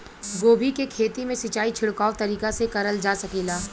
गोभी के खेती में सिचाई छिड़काव तरीका से क़रल जा सकेला?